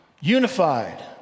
unified